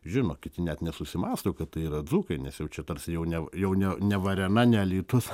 žino kiti net nesusimąsto kad tai yra dzūkai nes jau čia tarsi jau ne jau ne ne varėna ne alytus